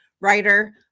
writer